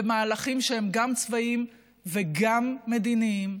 ומהלכים שהם גם צבאיים וגם מדיניים,